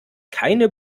keine